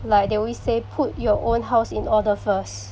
like they always say put your own house in order first